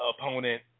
opponent